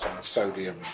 sodium